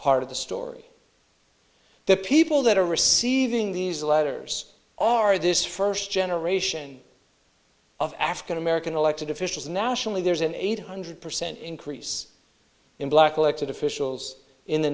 part of the story the people that are receiving these letters are this first generation of african american elected officials nationally there's an eight hundred percent increase in black elected officials in the